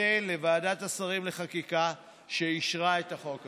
לוועדת השרים לחקיקה שאישרה את החוק הזה.